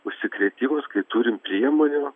užsikrėtimus kai turim priemonių